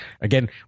Again